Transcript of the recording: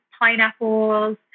pineapples